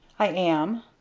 i am,